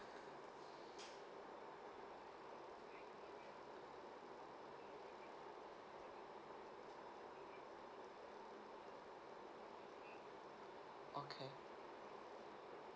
okay